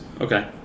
Okay